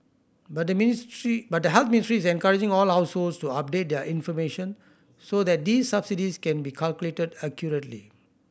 but the ministry but the Health Ministry is encouraging all households to update their information so that these subsidies can be calculated accurately